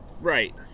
Right